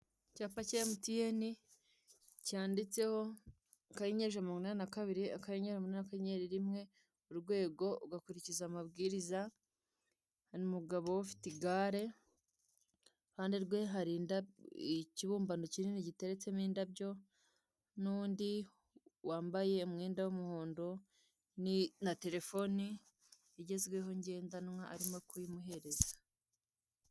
Icyapa cya Emutiyeni cyanditseho akanyenyeri ijana na mirongo inani na kabiri akanyenyeri umunani akanyenyeri rimwe urwego ugakurikiza amabwiriza, hari umugabo ufite igare ku ruhande rwe hari ikibumbano kinini giteretsemo indabyo n'uwundi wambaye umwenda w'umuhondo na terefone igezweho ngendanwa arimo kuyimuhereza.